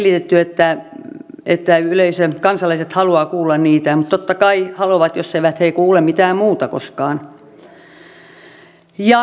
on selitetty että kansalaiset haluavat kuulla niitä totta kai haluavat jos eivät he kuule mitään muuta koskaan